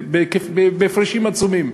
בהפרשים עצומים.